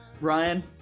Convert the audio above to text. ryan